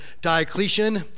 Diocletian